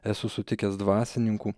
esu sutikęs dvasininkų